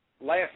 last